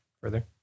further